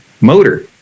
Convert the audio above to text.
motor